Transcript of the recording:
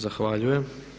Zahvaljujem.